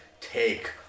Take